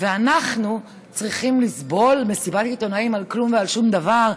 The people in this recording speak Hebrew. ואנחנו צריכים לסבול מסיבת עיתונאים על כלום ועל שום דבר.